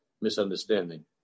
misunderstanding